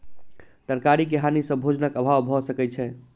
तरकारी के हानि सॅ भोजनक अभाव भअ सकै छै